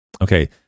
Okay